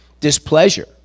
displeasure